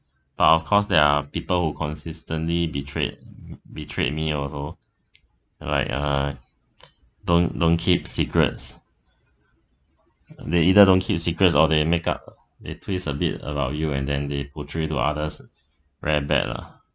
but of course there are people who consistently betrayed betrayed me also like uh don't don't keep secrets they either don't keep secrets or they make up they twist a bit about you and then they portray to others very bad lah